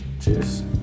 cheers